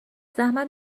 زحمت